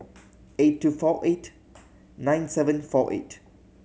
eight two four eight nine seven four eight